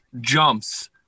Jumps